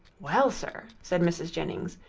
well, sir, said mrs. jennings,